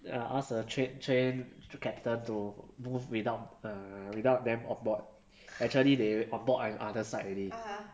uh ask the tra~ train captain to move without uh without them on board but actually they on board on other side already